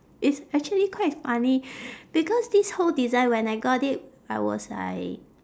it's actually quite funny because this whole design when I got it I was like